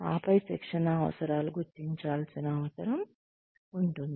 ఆపై శిక్షణ అవసరాలు గుర్తించాల్సిన అవసరం ఉంది